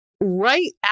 right